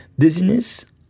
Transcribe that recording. dizziness